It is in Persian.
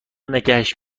نگهش